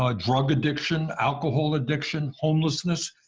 ah drug addiction, alcohol addiction, homelessness?